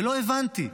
ולא הבנתי,